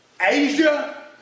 Asia